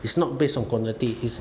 it's not based on quantity it's